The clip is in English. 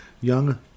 Young